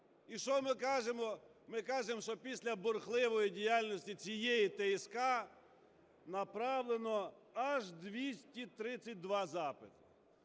І що ми кажемо? Ми кажемо, що після бурхливої діяльності цієї ТСК направлено аж 232 запити.